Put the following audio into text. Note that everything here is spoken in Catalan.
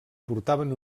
portaven